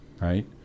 right